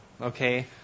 okay